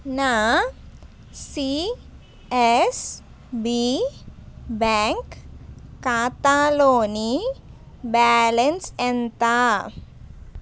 నా CSB bank ఖాతాలోని balance ఎంత